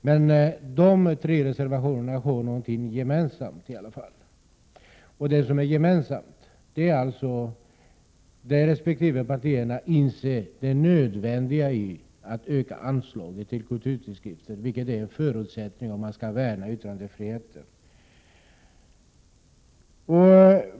Men dessa tre reservationer har i alla fall någonting gemensamt, och det är att resp. partier inser det nödvändiga i att öka anslaget till kulturtidskrifter, vilket är en förutsättning om man skall värna yttrandefriheten.